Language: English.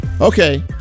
Okay